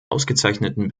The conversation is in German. ausgezeichneten